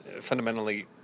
Fundamentally